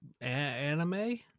Anime